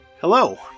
Hello